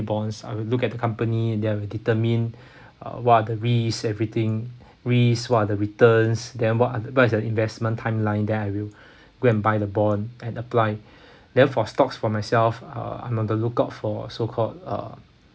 bonds I will look at the company then I will determine uh what are the risks everything risks what are the returns then what are the what is the investment timeline then I will go and buy the bond and apply then for stocks for myself uh I'm on the lookout for so called uh